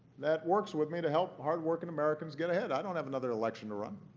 that works with me to help hardworking americans get ahead. i don't have another election to run.